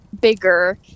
bigger